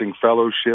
fellowship